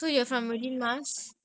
anywhere you want to go